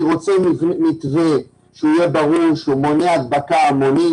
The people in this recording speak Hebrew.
אני רוצה מתווה שיהיה ברור שהוא מונע הדבקה המונית,